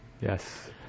Yes